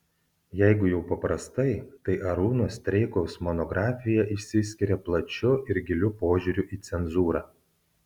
jeigu jau paprastai tai arūno streikaus monografija išsiskiria plačiu ir giliu požiūriu į cenzūrą